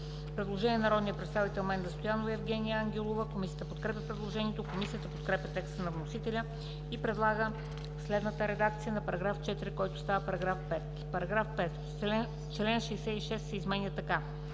Предложение на народния представител Менда Стоянова и Евгения Ангелова. Комисията подкрепя предложението. Комисията подкрепя текста на вносителя и предлага следната редакция на § 4, който става § 5: „§ 5. Чл. 66 се изменя така: